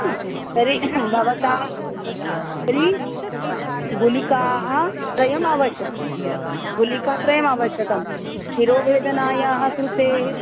तर्हि भवतः तर्हि गुलिकाः त्रयमावश्यकं गुलिका त्रयमावश्यकं शिरोवेदनायाः कृते